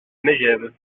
megève